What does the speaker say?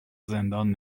زندان